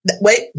Wait